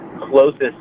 closest